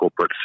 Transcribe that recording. corporates